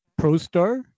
ProStar